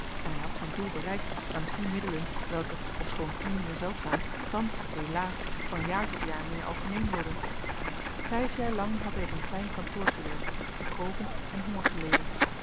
en hij had zijn doel bereikt langs die middelen welke ofschoon toen meer zeldzaam thans helaas van jaar tot jaar meer algemeen worden vijf jaar lang had hij op een klein kantoor gewerkt gekropen en honger